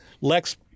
Lex